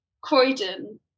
Croydon